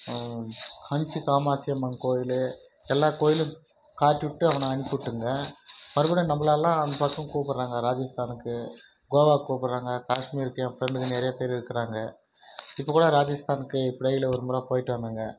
காஞ்சி காமாட்சி அம்மன் கோவில் எல்லா கோயிலும் காட்டிவிட்டு அவனை அனுப்பி விட்டேங்க மறுபடியும் நம்பளை எல்லாம் அந்த பசங்க கூப்புடறாங்க ராஜஸ்தானுக்கு கோவாக்கு கூப்புட்றாங்க கேஷ்மீருக்கு என் ஃப்ரெண்டுங்கள் நிறைய பேர் இருக்கிறாங்க இப்போ கூட ராஜஸ்தானுக்கு ஒருமுறை போய்விட்டு வந்தேங்க